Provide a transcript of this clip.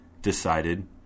decided